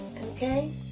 okay